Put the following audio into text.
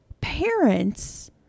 parents